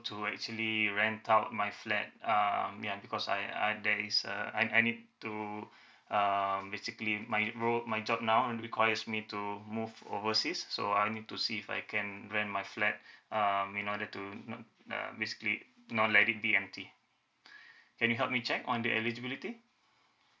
to actually rent out my flat um ya because I I there is a I I need to um basically my role my job now requires me to move overseas so I need to see if I can rent my flat um in order to not uh basically not let it be empty can you help me check on the eligibility